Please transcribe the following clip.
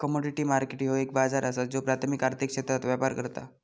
commodity market ह्यो एक बाजार असा ज्यो प्राथमिक आर्थिक क्षेत्रात व्यापार करता